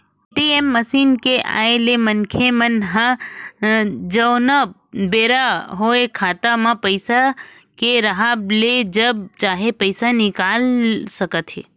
ATM machine के आय ले मनखे मन ह जउन बेरा होय खाता म पइसा के राहब म जब चाहे पइसा निकाल सकथे